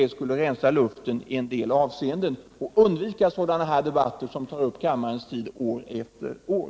Det skulle rensa luften i en hel del avseenden och förhindra sådana här debatter, som tar upp kammarens tid år efter år.